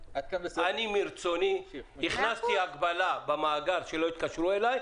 אני מרצוני הכנסתי הגבלה במאגר שלא יתקשרו אליי,